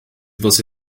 você